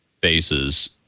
bases